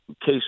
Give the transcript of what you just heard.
case